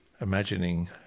imagining